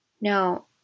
No